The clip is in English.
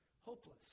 hopeless